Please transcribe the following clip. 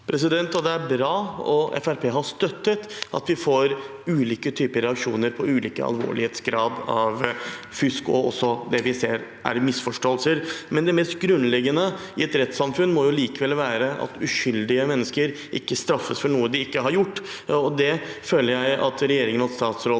Det er bra, og Fremskrittspartiet har støttet at vi får ulike typer reaksjoner på ulik alvorlighetsgrad av fusk og også det vi ser er misforståelser. Det mest grunnleggende i et rettssamfunn må likevel være at uskyldige mennesker ikke straffes for noe de ikke har gjort, og det føler jeg at regjeringen og statsråden